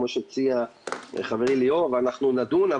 כמו שהציע חברי ליאור ואנחנו נדון.